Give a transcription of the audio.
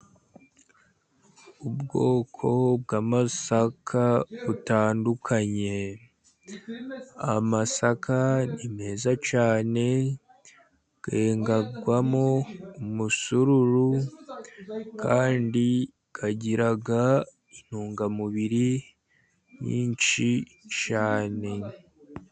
Ubwoko bw'amasaka butandukanye. Amasaka ni meza cyane, yengwamo umusururu kandi agira intungamubiri nyinshi cyane.